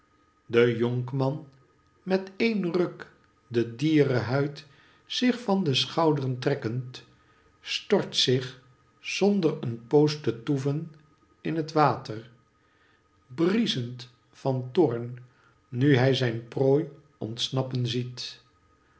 de jonkman met een ruk den dierenhuid zich van de schoudren trekkend stort zich zonder een poos te toeven in het water brieschend van toorn nu hij zijn prooi ontsnappen ziet